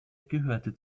gehörte